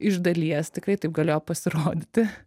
iš dalies tikrai taip galėjo pasirodyti